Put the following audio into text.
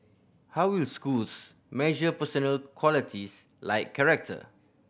how will schools measure personal qualities like character